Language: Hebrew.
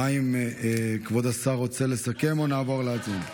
מה עם כבוד השר, רוצה לסכם או נעבור להצבעה?